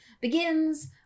begins